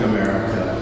America